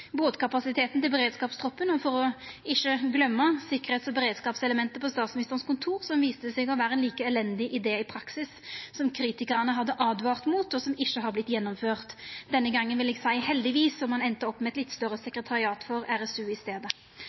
båtkapasiteten til beredskapstroppen, for ikkje å gløyma sikkerheits- og beredskapselementet på Statsministerens kontor, som viste seg å vera ein like elendig idé i praksis som kritikarane hadde åtvara mot, og som ikkje har vorte gjennomført – denne gangen vil eg seia «heldigvis» – og ein enda i staden opp med eit litt større sekretariat for